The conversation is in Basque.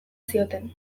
zioten